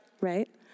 right